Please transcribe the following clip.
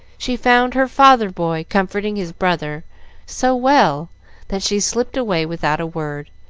she found her father-boy comforting his brother so well that she slipped away without a word,